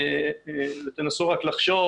תנסו רק לחשוב,